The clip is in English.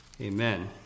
Amen